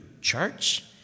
church